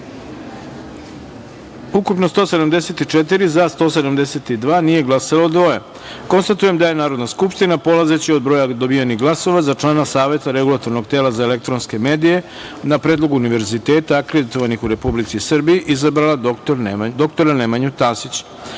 ukupno – 174, za – 172, nije glasalo – dvoje. Konstatujem da je Narodna skupština, polazeći od broja dobijenih glasova, za člana Saveta Regulatornog tela za elektronske medije, na predlog univerziteta akreditovanih u Republici Srbiji izabrala dr Nemanju